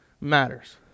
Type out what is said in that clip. matters